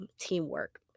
teamwork